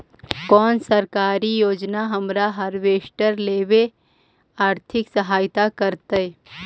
कोन सरकारी योजना हमरा हार्वेस्टर लेवे आर्थिक सहायता करतै?